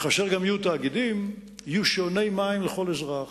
כאשר יהיו גם תאגידים יהיו שעוני מים לכל אזרח,